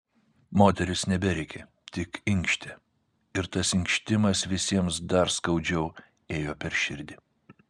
moteris neberėkė tik inkštė ir tas inkštimas visiems dar skaudžiau ėjo per širdį